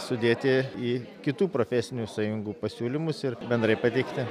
sudėti į kitų profesinių sąjungų pasiūlymus ir bendrai pateikti